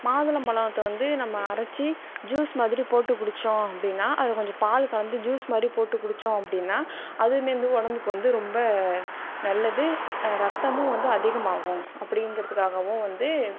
மாதுளம்பழத்தை வந்து நம்ம அரைச்சி ஜுஸ் மாதிரி போட்டு குடித்தோம் அப்படின்னா அது கொஞ்சம் பால் கலந்து ஜுஸ் மாதிரி போட்டு குடித்தோம் அப்படின்னா அதுவுமே வந்து உடம்புக்கு வந்து ரொம்ப நல்லது ரத்தமும் வந்து அதிகமாகும் அப்படிங்கறதுக்காகவும் வந்து